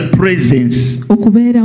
presence